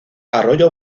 arroyo